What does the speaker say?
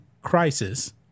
crisis